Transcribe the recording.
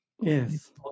Yes